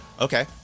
okay